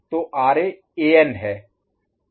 तो R A N है